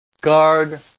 Guard